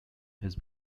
his